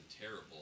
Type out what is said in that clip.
terrible